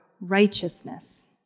righteousness